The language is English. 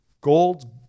gold